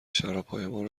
شرابهایمان